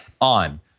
on